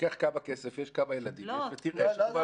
קח את הכסף וכמות הילדים ותראה.